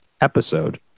episode